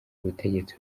ubutegetsi